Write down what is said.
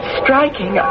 striking